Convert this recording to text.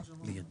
זה לא קשור.